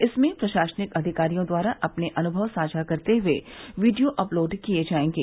इसमें प्रशासनिक अधिकारियों द्वारा अपने अनुभव साझा करते हुए वीडियो अपलोड किये जायेंगे